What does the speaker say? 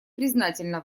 признательна